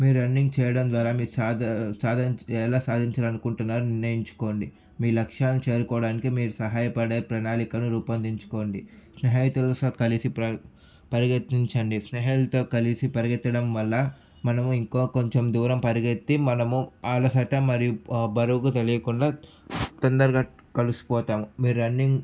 మీరు రన్నింగ్ చేయడం ద్వారా మీరు ఎలా సాధించాలి అనుకుంటున్నారో నిర్ణయించుకోండి మీ లక్ష్యాన్ని చేరుకోవడానికి మీరు సహాయపడే ప్రణాళికలను రూపొందించుకోండి స్నేహితులతో కలిసి పరిగెత్తించండి స్నేహితులతో కలిసి పరిగెత్తడం వల్ల మనము ఇంకా కొంచెం దూరం పరిగెత్తి మనము అలసట మరియు బరువు తెలియకుండా తొందరగా కలిసిపోతాం మీ రన్నింగ్